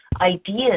ideas